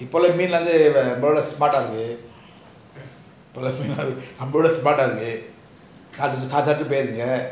இப்போ உள்ள மீன் லாம் நம்மள விட:ipo ulla meen lam nammala vida smart eh இருக்கு இப்போதுள்ள மீன் ல நம்ம விட:iruku ipoulla meen laaah namma vida smart eh இருக்கு:iruku